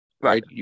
right